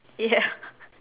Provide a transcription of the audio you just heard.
ya